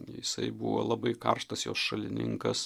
jisai buvo labai karštas jos šalininkas